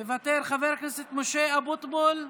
מוותר, חבר הכנסת משה אבוטבול,